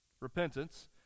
repentance